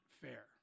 fair